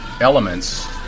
elements